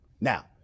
Now